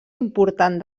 important